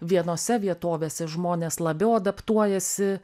vienose vietovėse žmonės labiau adaptuojasi